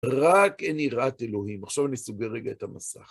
רק אין יראת אלוהים. עכשיו אני סוגר רגע את המסך.